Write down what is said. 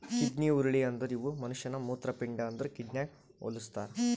kidney ಹುರುಳಿ ಅಂದುರ್ ಇವು ಮನುಷ್ಯನ ಮೂತ್ರಪಿಂಡ ಅಂದುರ್ ಕಿಡ್ನಿಗ್ ಹೊಲುಸ್ತಾರ್